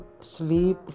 sleep